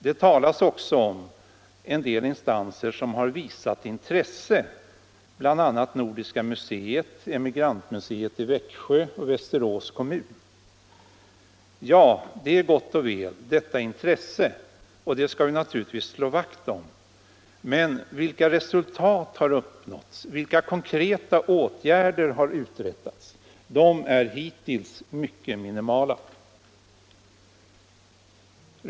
Det talas också om en del instanser som har visat intresse, bl.a. Nordiska museet, emigrantmuseet i Växjö och Västerås kommun. Detta intresse är gott och väl, och det skall vi naturligtvis slå vakt om, men vilka resultat har uppnåtts? Vilka konkreta åtgärder har vidtagits? De är hittills mycket minimala.